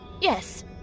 yes